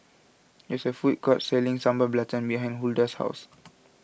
there is a food court selling Sambal Belacan behind Hulda's house